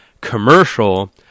commercial